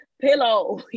Pillow